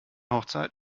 hochzeit